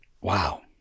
Wow